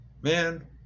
man